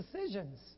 decisions